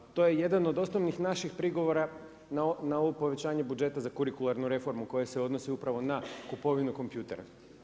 Dakle, to je jedan od osnovnih naših prigovora na ono povećanje budžeta za kurikularnu reformu koja se odnosi upravo na kupovinu kompjutora.